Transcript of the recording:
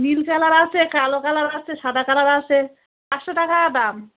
নীল colour আছে কালো colour আছে সাদা কালার আছে পাঁচশো টাকা দাম